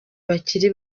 bakiri